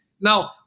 Now